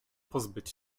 pozbyć